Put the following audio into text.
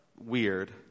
weird